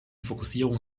fokussierung